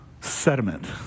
sediment